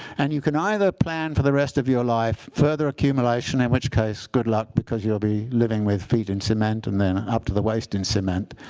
and you can either plan for the rest of your life further accumulation in which case, good luck, because you'll be living with feet in cement and then up to the waist in cement.